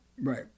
right